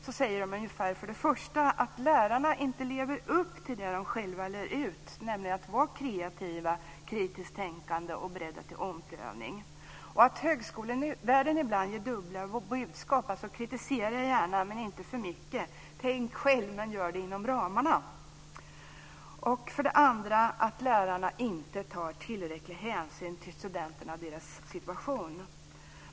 Man säger ungefär så här: För det första lever lärarna inte upp till vad de själva lär ut om att vara kreativ, kritiskt tänkande och beredd till omprövning. Högskolevärlden ger ibland dubbla budskap: Kritisera gärna, men inte för mycket! Tänk själv, men gör det inom ramarna! För det andra tar lärarna inte tillräcklig hänsyn till studenterna och deras situation.